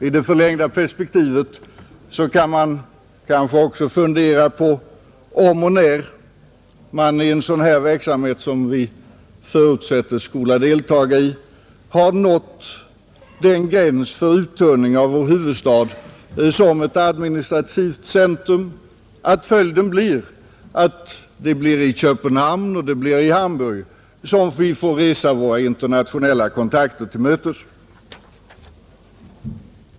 I det förlängda perspektivet kan man kanske också fundera på om och när man i en sådan här verksamhet som vi förutsättes skola deltaga i har nått den gräns för uttunning av vår huvudstad som ett administrativt centrum, att följden blir att vi får resa till Köpenhamn och Hamburg för att möta våra internationella kontakter.